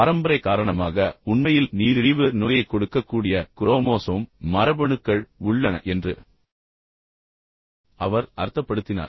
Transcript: எனவே பரம்பரை காரணமாக உண்மையில் நீரிழிவு நோயைக் கொடுக்கக்கூடிய குரோமோசோம் மரபணுக்கள் உள்ளன என்று அவர் அர்த்தப்படுத்தினார்